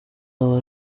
aba